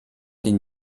den